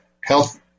health